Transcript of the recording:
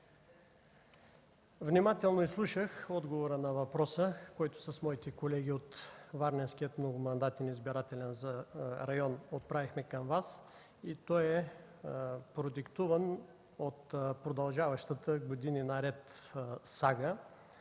Внимателно изслушах отговора на въпроса, който с моите колеги от Варненския многомандатен избирателен район отправихме към Вас и той е продиктуван от продължаващата години наред сага